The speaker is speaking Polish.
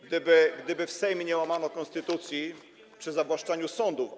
gdyby w Sejmie nie łamano konstytucji przy zawłaszczaniu sądów.